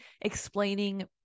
explaining